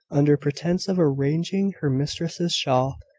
under pretence of arranging her mistress's shawl,